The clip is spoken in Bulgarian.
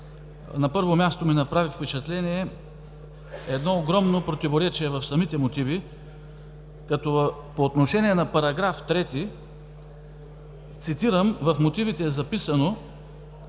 На първо място ми направи впечатление едно огромно противоречие в самите мотиви. По отношение на § 3, цитирам, в мотивите е записано: